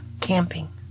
camping